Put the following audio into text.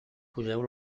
poseu